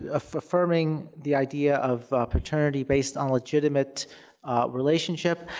affirming the idea of paternity based on legitimate relationship,